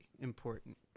important